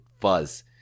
fuzz